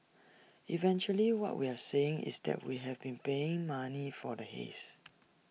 eventually what we are saying is that we have been paying money for the haze